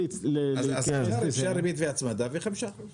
אפשר ריבית והצמדה ו-5 אחוזים.